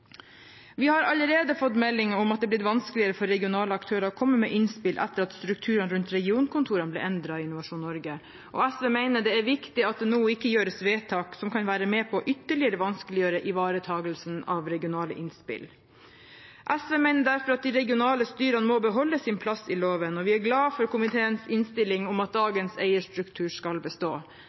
at det har blitt vanskeligere for regionale aktører å komme med innspill etter at strukturene rundt regionkontorene i Innovasjon Norge ble endret. SV mener det er viktig at det nå ikke gjøres vedtak som kan være med på ytterligere å vanskeliggjøre ivaretakelsen av regionale innspill. SV mener derfor at de regionale styrene må beholde sin plass i loven, og vi er glade for komiteens innstilling om at dagens eierstruktur skal bestå.